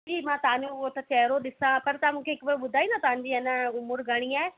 दी मां तव्हांजो हो त चहेरो ॾिसा पर तव्हां मूंखे हिकु बार ॿुधाईंदा तव्हांजी आहे न उमिरि घणी आहे